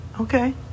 okay